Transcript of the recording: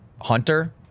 hunter